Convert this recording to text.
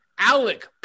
Alec